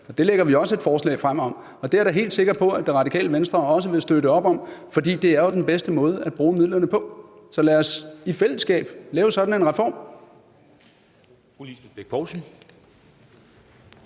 Det lægger vi også et forslag frem om, og det er jeg helt sikker på at Det Radikale Venstre også vil støtte op om, fordi det jo er den bedste måde at bruge midlerne på. Så lad os i fællesskab lave sådan en reform.